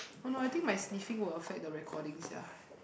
oh no I think my sniffing will affect the recording sia